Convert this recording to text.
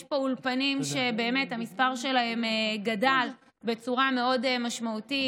יש אולפנים, והמספר שלהם גדל בצורה מאוד משמעותית.